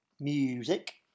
Music